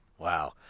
Wow